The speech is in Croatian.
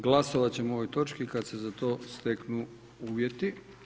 Glasovati ćemo o ovoj točki kada se za to steknu uvjeti.